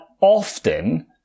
often